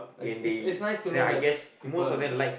it's it's it's nice to know that people are